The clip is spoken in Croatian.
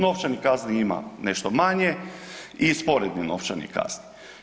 Novčanih kazni ima nešto manje i sporednih novčanih kazni.